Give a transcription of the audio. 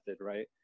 Right